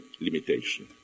limitation